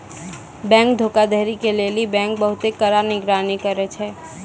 bank धोखाधड़ी के लेली बैंक बहुते कड़ा निगरानी करै छै